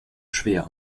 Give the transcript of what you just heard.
schwer